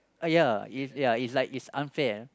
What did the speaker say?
!aiya! it's ya it's like unfair